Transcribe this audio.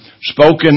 spoken